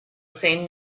same